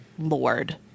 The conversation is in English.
lord